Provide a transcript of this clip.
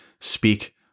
speak